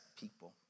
people